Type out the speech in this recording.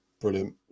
Brilliant